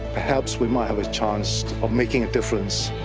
perhaps we might have a chance of making a difference.